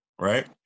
Right